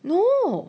no